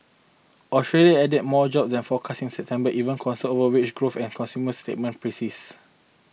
Australia added more job than forecast in September even concerns over wage growth and consumer sentiment persist